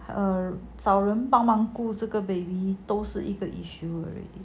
找人帮忙顾这个 baby 都是一个 issue already